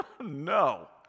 No